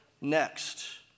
next